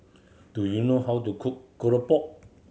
do you know how to cook keropok